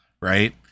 right